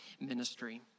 ministry